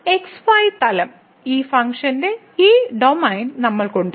xy തലം ഈ ഫംഗ്ഷന്റെ ഈ ഡൊമെയ്ൻ നമ്മൾക്ക് ഉണ്ട്